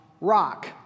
rock